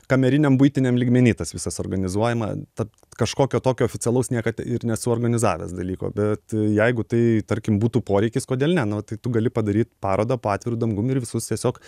kameriniam buitiniam lygmeny tas visas organizuojama ta kažkokio tokio oficialaus niekad ir nesu organizavęs dalyko bet jeigu tai tarkim būtų poreikis kodėl ne na tai tu gali padaryt parodą po atviru dangum ir visus tiesiog